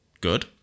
Good